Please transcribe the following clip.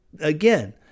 again